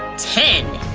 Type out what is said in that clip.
ten!